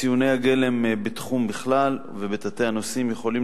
ציוני הגלם בתחום בכלל ובתתי-הנושאים בפרט יכולים